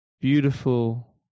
Beautiful